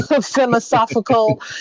philosophical